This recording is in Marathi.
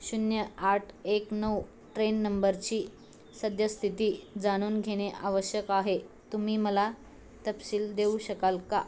शून्य आठ एक नऊ ट्रेन णंबरची सद्यस्थिती जाणून घेणे आवश्यक आहे तुम्ही मला तपशील देऊ शकाल का